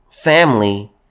family